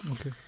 Okay